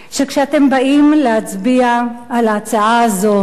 שכשאתם באים להצביע על ההצעה הזאת,